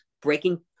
breaking